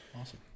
awesome